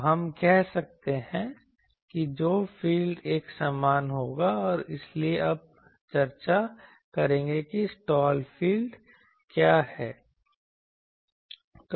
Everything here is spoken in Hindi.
तो हम कह सकते हैं कि जो फ़ील्ड एक समान होगा और इसलिए अब चर्चा करेंगे कि स्लॉट फ़ील्ड क्या है